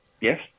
Yes